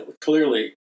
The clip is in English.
clearly